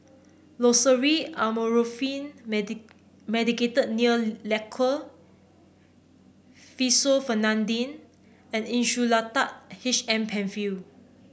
Loceryl Amorolfine Medicated Nail Lacquer Fexofenadine and Insulatard H M Penfill